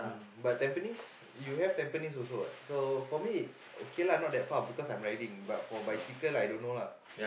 but Tampines you have Tampines also what so for me it's okay lah not that far because I'm riding but for bicycle I don't know lah